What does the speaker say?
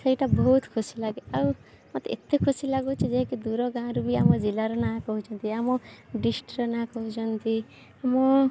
ସେଇଟା ବହୁତ ଖୁସି ଲାଗେ ଆଉ ମୋତେ ଏତେ ଖୁସି ଲାଗୁଛି ଯେ କି ଦୂର ଗାଁରୁ ବି ଆମ ଜିଲ୍ଲାର ନାଁ କହୁଛନ୍ତି ଆମ ଡିଷ୍ଟ୍ରିକ୍ଟ ନାଁ କହୁଛନ୍ତି ଆମ